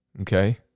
Okay